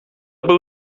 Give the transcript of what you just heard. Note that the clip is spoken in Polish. był